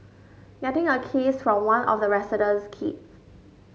getting a kiss from one of the resident's kids